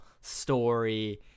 story